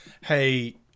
hey